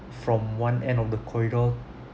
from one end of the corridor